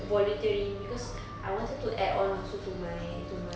volunteering because I wanted to add on also to my to my